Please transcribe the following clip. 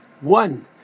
One